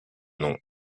non